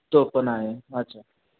तो पण आहे अच्छा